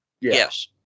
Yes